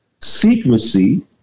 Secrecy